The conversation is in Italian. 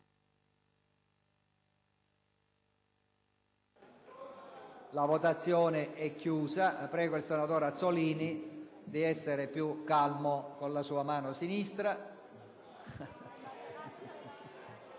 la votazione).* Prego il senatore Azzollini di essere più calmo con la sua mano sinistra.